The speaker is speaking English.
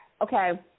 okay